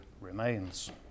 remains